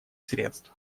средств